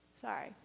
Sorry